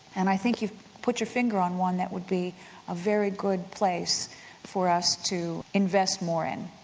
and i think you've put your finger on one that would be a very good place for us to invest more in,